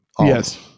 Yes